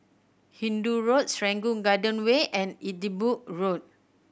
Hindoo Road Serangoon Garden Way and Edinburgh Road